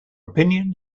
opinion